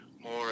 more